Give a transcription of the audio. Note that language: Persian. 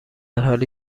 حالی